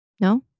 No